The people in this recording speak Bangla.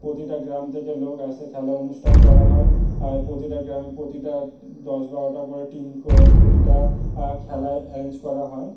প্রতিটা গ্রাম থেকে লোক আসে খেলা অনুষ্ঠান করা হয় আর প্রতিটা গ্রামে প্রতিটা দশ বারোটা করে টিম করে প্রতিটা খেলায় অ্যারেঞ্জ করা হয়